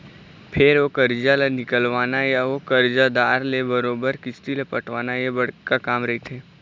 फेर ओ करजा ल निकलवाना या ओ करजादार ले बरोबर किस्ती ल पटवाना ये बड़का काम रहिथे